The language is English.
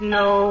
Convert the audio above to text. no